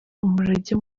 umurage